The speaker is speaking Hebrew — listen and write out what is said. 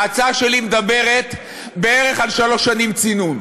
ההצעה שלי מדברת בערך על שלוש שנים צינון.